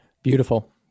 Beautiful